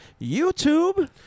YouTube